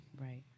right